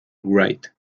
wright